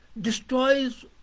Destroys